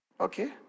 Okay